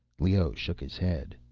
leoh shook his head.